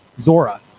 Zora